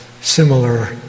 similar